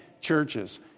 churches